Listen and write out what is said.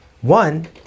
one